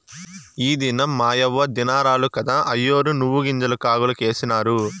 ఈ దినం మాయవ్వ దినారాలు కదా, అయ్యోరు నువ్వుగింజలు కాగులకేసినారు